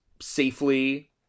safely